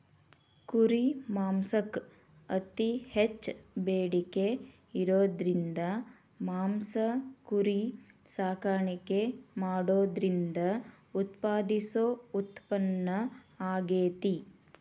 ಕುರಿ ಮಾಂಸಕ್ಕ್ ಅತಿ ಹೆಚ್ಚ್ ಬೇಡಿಕೆ ಇರೋದ್ರಿಂದ ಮಾಂಸ ಕುರಿ ಸಾಕಾಣಿಕೆ ಮಾಡೋದ್ರಿಂದ ಉತ್ಪಾದಿಸೋ ಉತ್ಪನ್ನ ಆಗೇತಿ